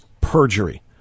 perjury